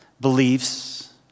beliefs